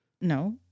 No